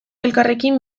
elkarrekin